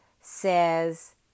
says